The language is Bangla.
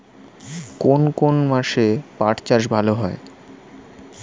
কোন কোন মাসে পাট চাষ ভালো হয়?